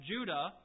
Judah